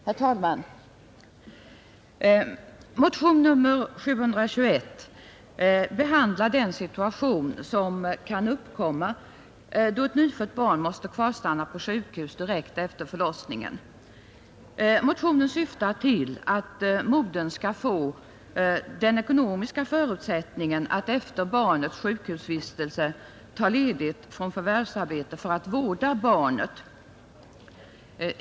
Herr talman! Motion nr 721 behandlar den situation som kan uppkomma då ett nyfött barn måste kvarstanna på sjukhus direkt efter förlossningen. Motionen syftar till att modern skall få den ekonomiska förutsättningen att efter barnets sjukhusvistelse ta ledigt från förvärvsarbete för att vårda barnet.